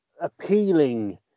appealing